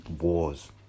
wars